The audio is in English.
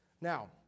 Now